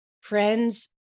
Friends